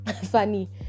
funny